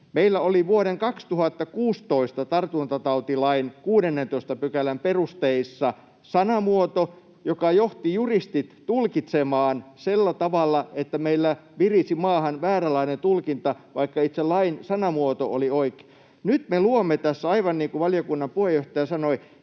meillä oli vuoden 2016 tartuntatautilain 16 §:n perusteissa sanamuoto, joka johti juristit tulkitsemaan sitä sillä tavalla, että meillä virisi maahan vääränlainen tulkinta, vaikka itse lain sanamuoto oli oikea. Nyt me luomme tässä, aivan niin kuin valiokunnan puheenjohtaja sanoi,